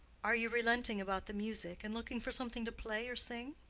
are you relenting about the music and looking for something to play or sing?